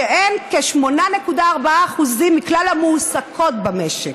שהן כ-8.4% מכלל המועסקות במשק.